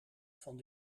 van